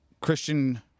Christian